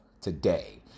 today